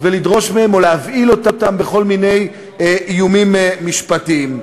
לדרוש מהם או להבהיל אותם בכל מיני איומים משפטיים.